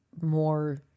more